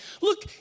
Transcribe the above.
Look